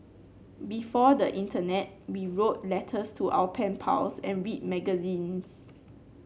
before the Internet we wrote letters to our pen pals and read magazines